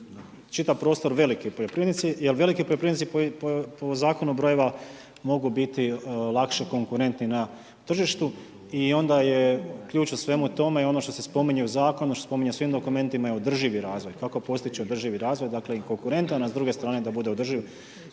čitav prostor veliki poljoprivrednici jer veliki poljoprivrednici po zakonu brojeva mogu biti lakše konkurentni na tržištu i onda je ključ u svemu tome, i ono što se spominje u zakonu, što se spominje u svim dokumentima je održivi razvoj, kako postići održivi razvoj, dakle i konkurentan a s druge strane i da bude održiv